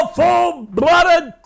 full-blooded